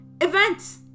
events